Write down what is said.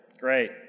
Great